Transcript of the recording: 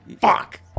Fuck